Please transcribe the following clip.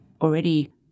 already